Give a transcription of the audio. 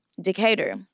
Decatur